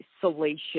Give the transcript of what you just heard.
salacious